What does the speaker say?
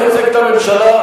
הוא מייצג את הממשלה.